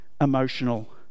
emotional